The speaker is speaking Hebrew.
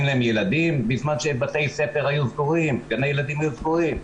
אין להן ילדים בזמן שבתי ספר וגני ילדים היו סגורים?